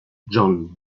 john